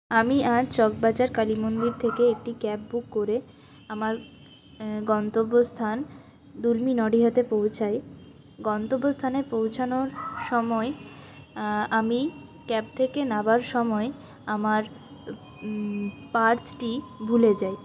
আমি আজ চক বাজার কালী মন্দির থেকে একটি ক্যাব বুক করে আমার গন্তব্য স্থান দুলমী নডিহাতে পৌঁছাই গন্তব্য স্থানে পৌঁছানোর সময় আমি ক্যাব থেকে নামার সময় আমার পার্সটি ভুলে যাই